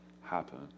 happen